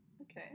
Okay